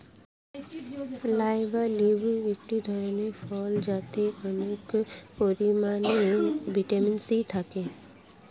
lime বা লেবু এক ধরনের ফল যাতে অনেক পরিমাণে ভিটামিন সি থাকে